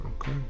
Okay